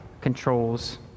controls